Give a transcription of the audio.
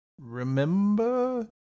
remember